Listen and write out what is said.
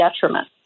detriment